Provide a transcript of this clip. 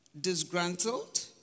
disgruntled